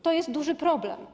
To jest duży problem.